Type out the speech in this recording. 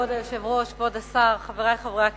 כבוד היושב-ראש, כבוד השר, חברי חברי הכנסת,